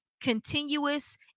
continuous